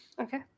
Okay